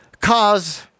cause